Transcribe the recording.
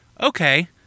Okay